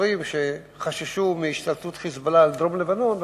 כפריים שחששו מהשתלטות ה"חיזבאללה" על דרום-לבנון,